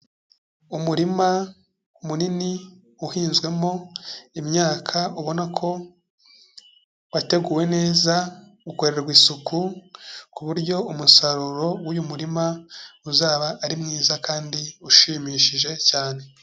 Umurima munini uhinzwemo imyaka ubona ko wateguwe neza, ukorerwa isuku ku buryo umusaruro w'uyu murima uzaba ari mwiza kandi ushimishije cyane.